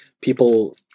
people